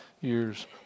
years